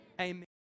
amen